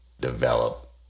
develop